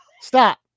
stop